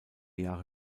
jahre